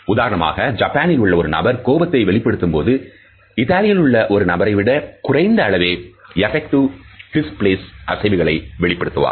உதாரணமாக ஜப்பானில் உள்ள ஒரு நபர் கோபத்தை வெளிப்படுத்தும் போது இத்தாலியிலுள்ள ஒரு நபரை விட குறைந்த அளவே எப்பக்டிவ் டிஸ்ப்ளேஸ் அசைவுகளை வெளிப்படுத்துவார்